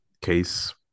case